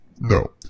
No